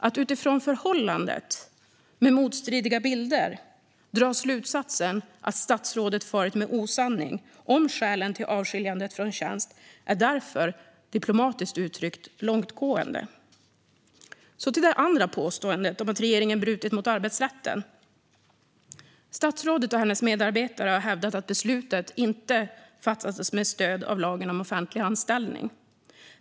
Att utifrån förhållandet med motstridiga bilder dra slutsatsen att statsrådet farit med osanning om skälen till avskiljandet från tjänst är därför, diplomatiskt uttryckt, långtgående. Så till påståendet att regeringen brutit mot arbetsrätten. Statsrådet och hennes medarbetare har hävdat att beslutet inte fattats med stöd av lagen om offentlig anställning.